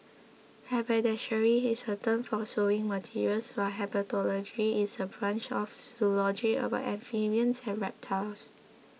haberdashery is a term for sewing materials while herpetology is a branch of zoology about amphibians and reptiles